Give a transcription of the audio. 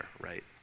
right